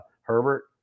Herbert